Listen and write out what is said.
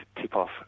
tip-off